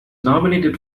nominated